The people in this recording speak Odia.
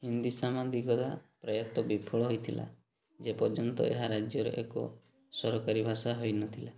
ହିନ୍ଦୀ ସାମ୍ବାଦିକତା ପ୍ରାୟତଃ ବିଫଳ ହେଇଥିଲା ଯେପର୍ଯ୍ୟନ୍ତ ଏହା ରାଜ୍ୟରେ ଏକ ସରକାରୀ ଭାଷା ହେଇନଥିଲା